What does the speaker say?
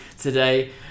today